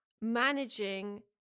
managing